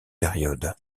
période